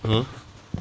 (uh huh)